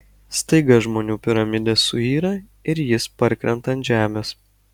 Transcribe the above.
staiga žmonių piramidė suyra ir jis parkrenta ant žemės